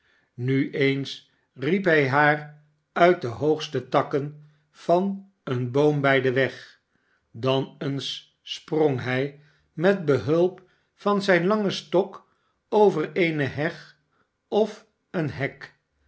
nu eens riep hij haar uit de hoogste takken van een boom bij den weg dan eens sprong hij met behulp van zjjn langen stok over eene heg oi een hek